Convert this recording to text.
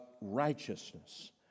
righteousness